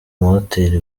mahoteli